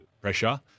pressure